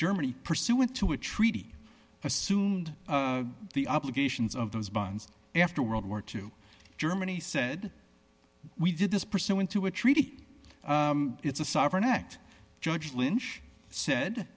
germany pursuant to a treaty assumed the obligations of those buns after world war two germany said we did this pursuant to a treaty it's a sovereign act judge lynch said